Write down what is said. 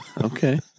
Okay